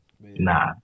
nah